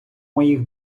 моїх